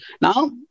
now